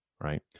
right